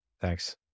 Thanks